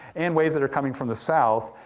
and waves that are coming from the south,